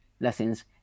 lessons